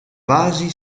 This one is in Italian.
vasi